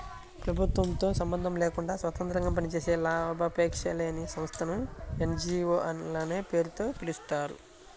ప్రభుత్వంతో సంబంధం లేకుండా స్వతంత్రంగా పనిచేసే లాభాపేక్ష లేని సంస్థలను ఎన్.జీ.వో లనే పేరుతో పిలుస్తారు